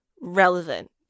relevant